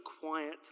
quiet